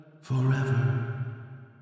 forever